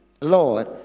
Lord